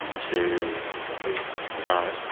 to no,